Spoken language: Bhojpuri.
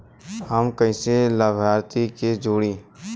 हम कइसे लाभार्थी के जोड़ी?